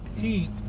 heat